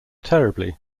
terribly